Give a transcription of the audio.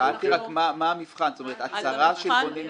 שאלתי מה המבחן, הצהרה של בונה פיגומים מקצועי?